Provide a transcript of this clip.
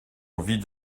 envie